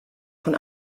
von